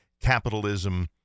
capitalism